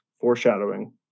Foreshadowing